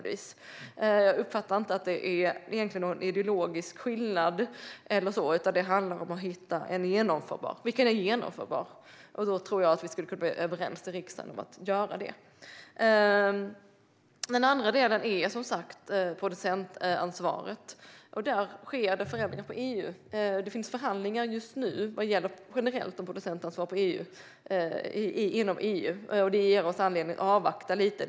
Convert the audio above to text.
Jag uppfattar inte att det är någon ideologisk skillnad där, utan det handlar om att hitta en genomförbar modell. Gör vi det tror jag att vi skulle kunna komma överens i riksdagen om att genomföra den. Den andra delen är som sagt producentansvaret. Där sker det förändringar på EU-nivå. Det pågår förhandlingar just nu vad gäller generellt producentansvar inom EU, och det ger oss anledning att avvakta lite.